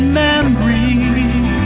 memories